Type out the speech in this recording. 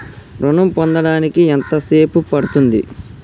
ఋణం పొందడానికి ఎంత సేపు పడ్తుంది?